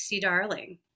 Darling